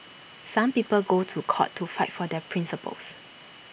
some people go to court to fight for their principles